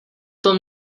tom